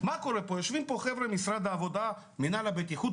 תמיד יושבים פה אנשים ממשרד העבודה ומנהל הבטיחות,